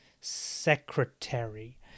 secretary